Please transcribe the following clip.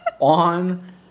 On